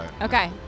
Okay